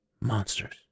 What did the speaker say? Monsters